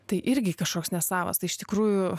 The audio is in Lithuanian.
tai irgi kažkoks nesavas tai iš tikrųjų